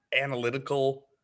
analytical